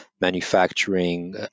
manufacturing